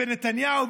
ונתניהו,